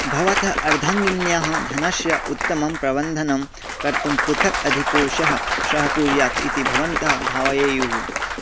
भवतः अर्धाङ्गिन्याः धनस्य उत्तमं प्रबन्धनं कर्तुं पृथक् अधिकोशः सहकुर्यात् इति भवन्तः भावयेयुः